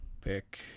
pick